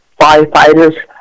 firefighters